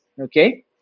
okay